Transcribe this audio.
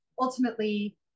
ultimately